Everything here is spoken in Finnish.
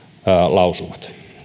lausumat